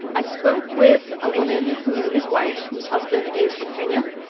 i spoke with a woman who is white whose husband is from kenya.